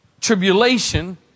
Tribulation